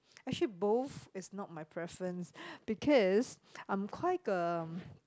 actually both is not my preference because I'm quite uh